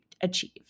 achieve